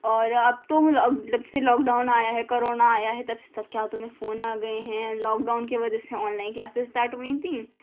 اور اب تو جب سے لاک ڈاؤن آیا ہے کرونا آیا ہے تب سے سب کے ہاتھوں میں فون آ گئے ہیں لاک ڈاؤن کے وجہ سے آن لائن کلاسز اسٹارٹ ہوئی تھیں